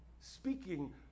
Speaking